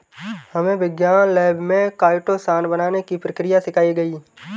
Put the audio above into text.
हमे विज्ञान लैब में काइटोसान बनाने की प्रक्रिया सिखाई गई